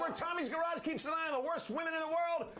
um tommy's garage keeps an eye on the worst women in the world,